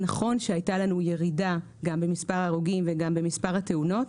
נכון שהייתה לנו ירידה במספר ההרוגים ובמספר התאונות,